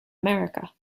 america